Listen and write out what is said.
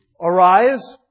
arise